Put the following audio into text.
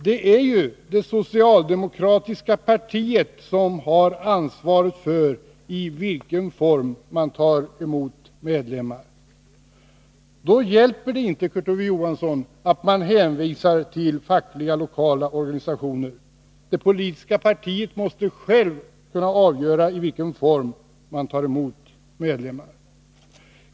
Det är ju det socialdemokratiska partiet som har ansvaret för i vilken form det tar emot medlemmar. Då hjälper det inte, Kurt Ove Johansson, att man hänvisar till frågor m. m lokala fackliga organisationer. Det politiska partiet måste självt kunna avgöra i vilken form det tar emot medlemmar.